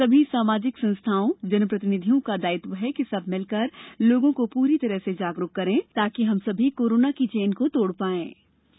सभी सामाजिक संस्थाओं जनप्रतिनिधियों का दायित्व है कि सब मिलकर लोगों को पूरी तरह से जागरुक करें तभी हम कोरोना के चैन को तोड़ पायेंगे